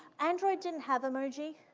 android didn't have emoji,